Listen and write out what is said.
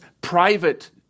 private